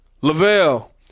Lavelle